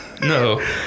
No